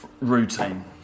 routine